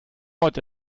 heute